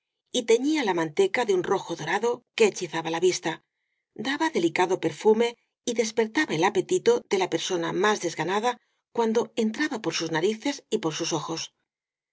y teñía la manteca de un rojo dorado que hechizaba la vista daba delicado perfume y des pertaba el apetito de la persona más desganada cuando entraba por sus narices y por sus ojos